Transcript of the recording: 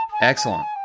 Excellent